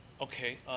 Okay